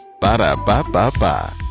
ba-da-ba-ba-ba